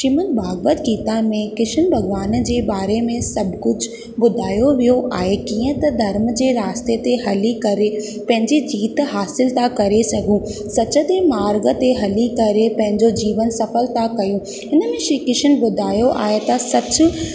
श्रीमत भागवत गीता में कृष्ण भॻिवान जे बारे में सभु कुझु ॿुधायो वियो आहे कीअं त धर्म जे रास्ते ते हली करे पंहिंजी जीत हासिल था करे सघूं सच ते मार्ग ते हली करे पंहिंजो जीवन सफ़ल था कयूं इन में श्री कृष्ण ॿुधायो आहे त सच